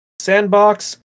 Sandbox